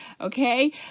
okay